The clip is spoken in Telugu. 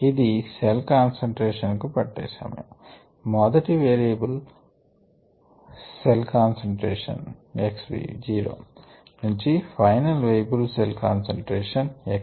ఇది సెల్ కాన్సంట్రేషన్ కు పెట్టె సమయం మొదటి వయబుల్ సెల్ కాన్సంట్రేషన్ xv0 నుంచి final viable cell concentration xv